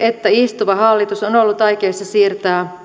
että istuva hallitus on on ollut aikeissa siirtää